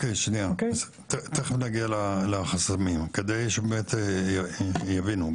תכף נגיע לחסמים, כדי שבאמת יבינו.